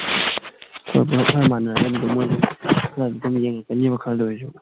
ꯈꯔ ꯃꯥꯟꯅꯔꯒꯗꯤ ꯑꯗꯨꯝ ꯃꯣꯏꯁꯨ ꯈꯔ ꯑꯗꯨꯝ ꯌꯦꯡꯉꯛꯀꯅꯦꯕ ꯈꯔꯗ ꯑꯣꯏꯔꯁꯨ